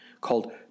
called